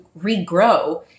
regrow